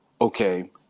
okay